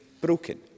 broken